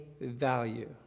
value